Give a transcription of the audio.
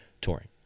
touring